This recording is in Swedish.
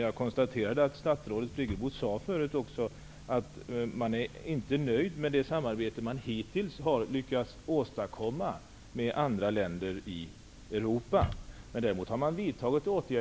Jag konstaterar också att statsrådet Birgit Friggebo tidigare sade att man inte är nöjd med det samarbete som man hittills lyckats åstadkomma med andra länder i Europa, men att åtgärder vidtagits.